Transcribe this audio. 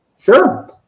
Sure